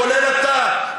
כולל אתה,